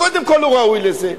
קודם כול, הוא ראוי לזה.